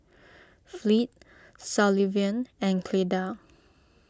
Fleet Sullivan and Cleda